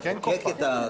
כן כופה.